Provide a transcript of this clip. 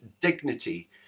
dignity